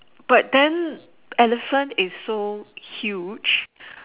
but then elephant is so huge